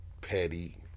petty